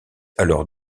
alors